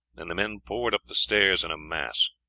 and the men poured up the stairs in a mass.